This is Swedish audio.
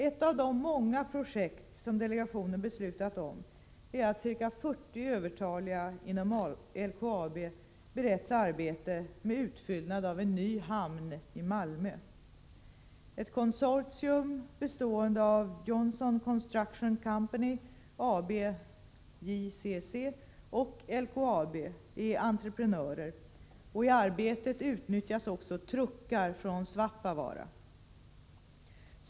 Ett av de många projekt som delegationen beslutat om är att ca 40 övertaliga inom LKAB beretts arbete med utfyllnad av en ny hamn i Malmö. Ett konsortium bestående av Johnson Construction Company AB och LKAB är entreprenörer, och i arbetet utnyttjas också truckar från Svappavaara.